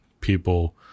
people